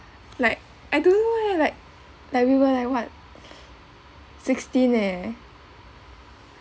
like I don't know why like like we were like what sixteen eh